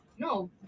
No